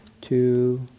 two